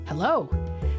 Hello